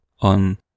On